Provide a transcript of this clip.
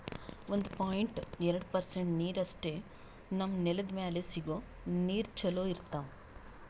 ಒಂದು ಪಾಯಿಂಟ್ ಎರಡು ಪರ್ಸೆಂಟ್ ನೀರಷ್ಟೇ ನಮ್ಮ್ ನೆಲ್ದ್ ಮ್ಯಾಲೆ ಸಿಗೋ ನೀರ್ ಚೊಲೋ ಇರ್ತಾವ